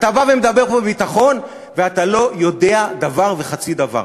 אתה בא ומדבר פה בביטחון ואתה לא יודע דבר וחצי דבר.